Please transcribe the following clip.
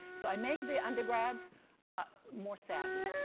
so i make the undergrads more savvy.